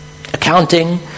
Accounting